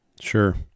sure